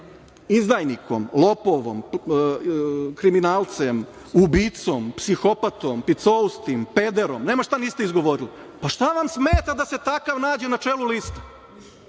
izdajnikom, lopovom, kriminalcem, ubicom, psihopatom, picoustim, pederom, nema šta niste izgovorili. Pa, šta vam smeta da se takav nađe na čelu liste?